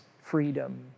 freedom